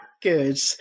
Good